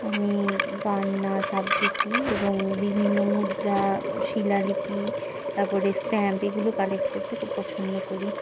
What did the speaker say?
আমি গান নাচ আবৃত্তি এবং বিভিন্ন মুদ্রা শিলালিপি তারপরে স্ট্যাম্প এগুলো কালেক্ট করতে খুব পছন্দ করি